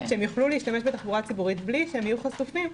שתוכל להשתמש בתחבורה הציבורית בלי שהם יהיו חשופים.